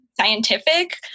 scientific